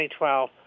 2012